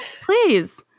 Please